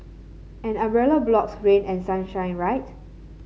an umbrella blocks rain and sunshine right